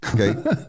Okay